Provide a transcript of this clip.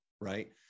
right